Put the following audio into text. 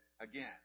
again